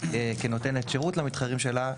כנותנת שירות למתחרים שלה,